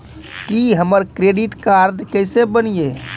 की हमर करदीद कार्ड केसे बनिये?